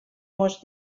mos